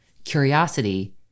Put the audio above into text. Curiosity